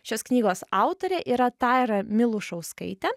šios knygos autorė yra taira milušauskaitė